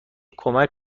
کمک